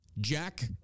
Jack